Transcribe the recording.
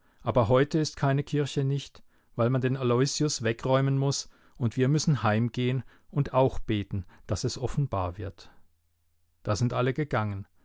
aber heute ist keine kirche nicht weil man den aloysius wegräumen muß und wir müssen heimgehen und auch beten daß es offenbar wird da sind alle gegangen